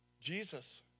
Jesus